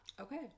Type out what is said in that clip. Okay